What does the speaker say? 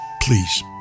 please